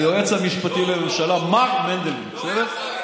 היועץ המשפטי לממשלה מר מנדלבליט, בסדר?